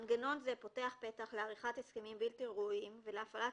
מנגנון זה פותח פתח לעריכת הסכמים בלתי ראויים ולהפעלת